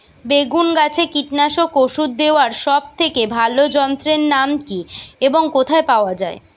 বেগুন গাছে কীটনাশক ওষুধ দেওয়ার সব থেকে ভালো যন্ত্রের নাম কি এবং কোথায় পাওয়া যায়?